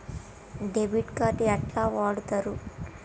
Debit card ఎట్లా వాడుతరు?